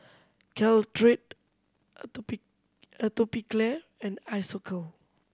Caltrate Atopiclair and Isocal